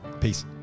Peace